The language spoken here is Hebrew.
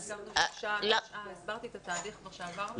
הסברתי את התהליך שעברנו.